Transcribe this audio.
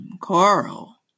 Carl